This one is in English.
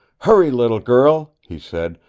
hurry, little girl, he said.